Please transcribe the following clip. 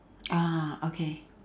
ah okay